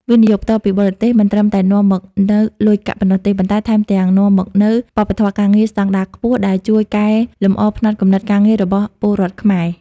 វិនិយោគផ្ទាល់ពីបរទេស មិនត្រឹមតែនាំមកនូវលុយកាក់ប៉ុណ្ណោះទេ ប៉ុន្តែថែមទាំងនាំមកនូវ "វប្បធម៌ការងារស្ដង់ដារខ្ពស់" ដែលជួយកែលម្អផ្នត់គំនិតការងាររបស់ពលរដ្ឋខ្មែរ។